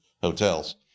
hotels